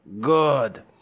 Good